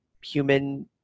human